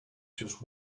just